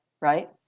right